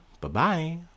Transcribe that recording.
Bye-bye